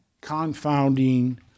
confounding